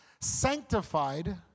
sanctified